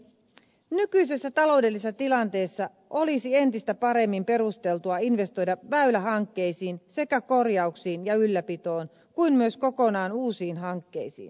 nykyisessä taloudellisessa tilanteessa olisi entistä paremmin perusteltua investoida väylähankkeisiin sekä korjauksiin ja ylläpitoon kuten myös kokonaan uusiin hankkeisiin